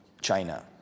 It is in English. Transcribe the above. China